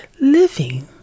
living